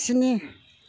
स्नि